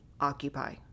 occupy